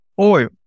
Oil